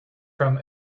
from